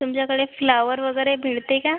तुमच्याकडे फ्लॉवर वगैरे मिळते का